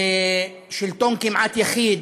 שלטון כמעט-יחיד.